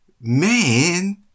man